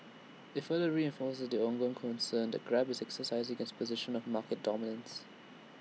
IT further reinforces the ongoing concern that grab is exercising its position of market dominance